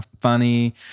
funny